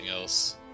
else